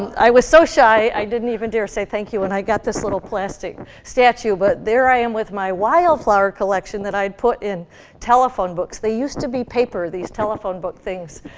i was so shy i didn't even dare say thank you when i got this little plastic statue. but there i am with my wildflower collection that i had put in telephone books. they used to be paper, these telephone book things,